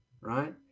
right